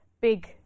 big